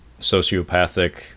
sociopathic